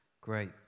Great